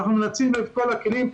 אנחנו מנצלים את כל הכלים.